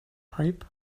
pipe